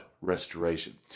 restoration